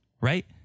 Right